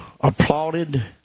applauded